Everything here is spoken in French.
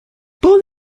borne